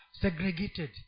segregated